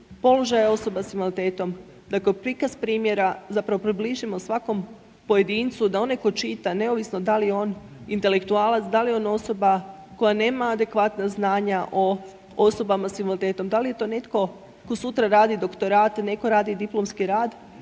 položaja osoba s invaliditetom, da kao prikaz primjera zapravo približimo svakom pojedincu, da onaj tko čita, neovisno da li je on intelektualac, da li je on osoba koja nema adekvatna znanja o osobama s invaliditetom, da li je to netko tko sutra radi doktorate, netko radi diplomski rad,